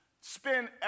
spend